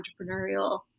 entrepreneurial